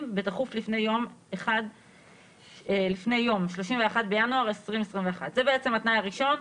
בתכוף לפני יום 31 בינואר 2021. זה התנאי הראשון,